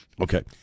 Okay